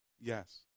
Yes